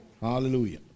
hallelujah